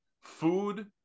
food –